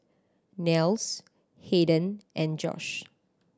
Nels Hayden and Josh